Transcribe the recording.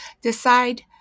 Decide